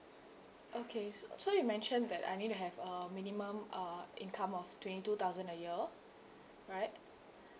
okay so so you mentioned that I need to have a minimum uh income of twenty two thousand a year right